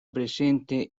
presente